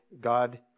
God